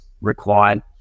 required